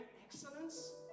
excellence